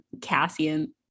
cassian